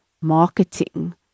marketing